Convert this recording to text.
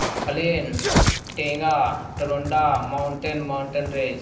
plane ٹینگا ٹرونڈا mountain mountain range